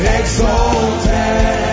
exalted